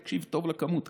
תקשיב טוב לכמות,